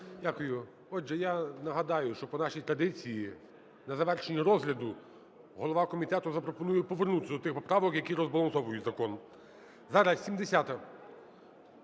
Дякую. Отже, я нагадаю, що по нашій традиції на завершення розгляду голова комітету запропонує повернутися до тих поправок, які розбалансовують закон. Зараз 70-а.